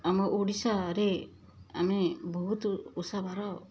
ଆମ ଓଡ଼ିଶାରେ ଆମେ ବହୁତ ଓଷା ବାର